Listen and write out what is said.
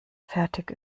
fertig